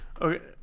okay